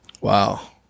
Wow